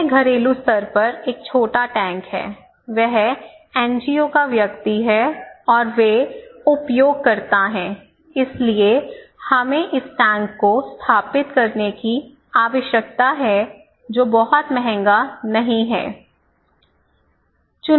यह घरेलू स्तर पर एक छोटा टैंक है वह एनजीओ का व्यक्ति है और वे उपयोगकर्ता हैं इसलिए हमें इस टैंक को स्थापित करने की आवश्यकता है जो बहुत महंगा नहीं है